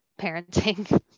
parenting